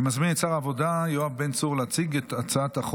אני מזמין את שר העבודה יואב בן צור להציג את הצעת החוק,